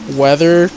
weather